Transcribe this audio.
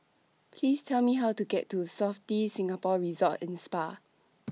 Please Tell Me How to get to Sofitel Singapore Resort and Spa